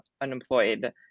unemployed